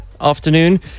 Afternoon